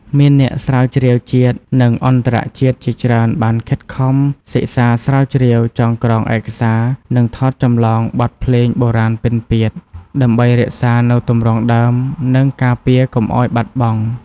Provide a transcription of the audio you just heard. មានអ្នកស្រាវជ្រាវជាតិ និងអន្តរជាតិជាច្រើនបានខិតខំសិក្សាស្រាវជ្រាវ ចងក្រងឯកសារ និងថតចម្លងបទភ្លេងបុរាណពិណពាទ្យ ដើម្បីរក្សានូវទម្រង់ដើម និងការពារកុំឱ្យបាត់បង់។